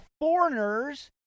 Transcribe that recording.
foreigners